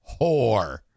whore